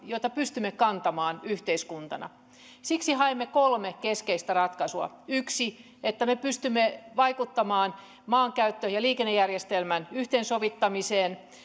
joita pystymme kantamaan yhteiskuntana siksi haimme kolme keskeistä ratkaisua yksi on se että me pystymme vaikuttamaan maankäyttö ja liikennejärjestelmän yhteensovittamiseen